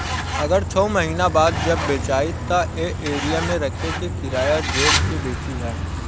अगर छौ महीना बाद जब बेचायी त ए एरिया मे रखे के किराया जोड़ के बेची ह